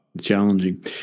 Challenging